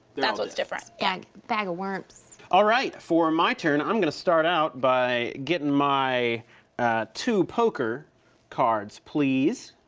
that's what's different. bag, bag of worms. alright. for my turn, i'm gonna start out by gettin' my two poker cards, please.